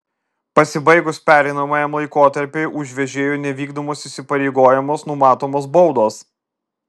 pasibaigus pereinamajam laikotarpiui už vežėjų nevykdomus įsipareigojimus numatomos baudos